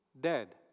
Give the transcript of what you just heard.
dead